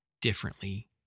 differently